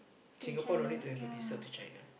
Singapore no need to have a visa to China